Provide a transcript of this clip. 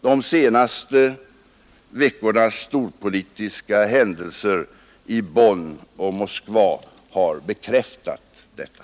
De senaste veckornas storpolitiska händelser i Bonn och Moskva har bekräftat detta.